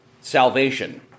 salvation